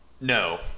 No